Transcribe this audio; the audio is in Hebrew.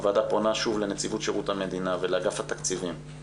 הוועדה פונה שוב לנציבות שירות המדינה ולאגף התקציבים,